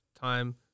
time